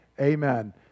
Amen